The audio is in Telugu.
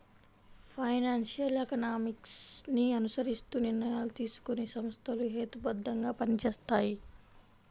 ఫైనాన్షియల్ ఎకనామిక్స్ ని అనుసరిస్తూ నిర్ణయాలు తీసుకునే సంస్థలు హేతుబద్ధంగా పనిచేస్తాయి